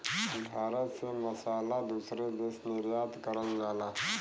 भारत से मसाला दूसरे देश निर्यात करल जाला